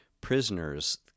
prisoners